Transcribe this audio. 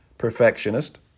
Perfectionist